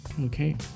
okay